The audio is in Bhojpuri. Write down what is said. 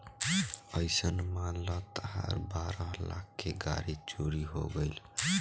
अइसन मान ल तहार बारह लाख के गाड़ी चोरी हो गइल